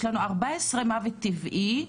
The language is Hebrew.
יש לנו 14 מוות טבעי,